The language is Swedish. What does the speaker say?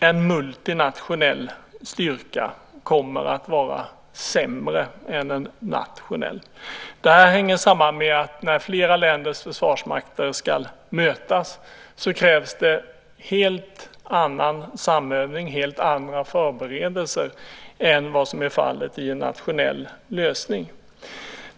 En multinationell styrka kommer att vara sämre än en nationell. Detta hänger samman med att när flera länders försvarsmakter ska mötas krävs en helt annan samövning och helt andra förberedelser än vad fallet är med en nationell lösning.